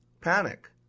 Panic